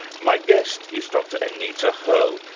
my guest is dr anita herle,